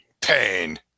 pain